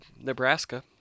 Nebraska